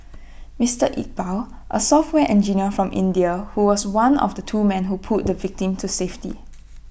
Mister Iqbal A software engineer from India who was one of two men who pulled the victim to safety